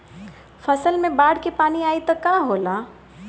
फसल मे बाढ़ के पानी आई त का होला?